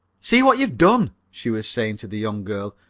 see what you've done! she was saying to the young girl.